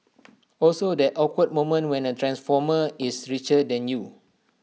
also that awkward moment when A transformer is richer than you